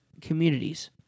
communities